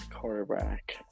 quarterback